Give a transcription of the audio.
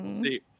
see